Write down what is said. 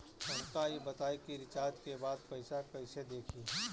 हमका ई बताई कि रिचार्ज के बाद पइसा कईसे देखी?